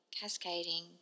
cascading